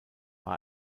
war